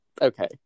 okay